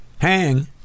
hang